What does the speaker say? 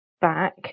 back